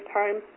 time